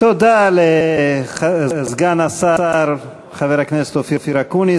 תודה לחבר הכנסת אופיר אקוניס,